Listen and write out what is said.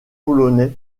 polonais